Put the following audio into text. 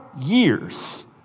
years